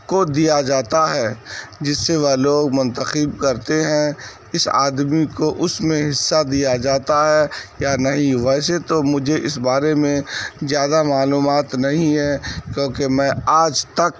کو دیا جاتا ہے جس سے وہ لوگ منتخب کرتے ہیں اس آدمی کو اس میں حصہ دیا جاتا ہے یا نہیں ویسے تو مجھے اس بارے میں زیادہ معلومات نہیں ہے کیوںکہ میں آج تک